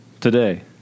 Today